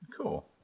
Cool